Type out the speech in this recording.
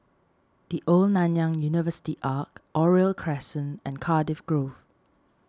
the Old Nanyang University Arch Oriole Crescent and Cardiff Grove